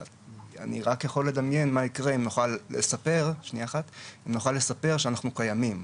אני רק יכול לדמיין מה יקרה אם נוכל לספר שאנחנו קיימים,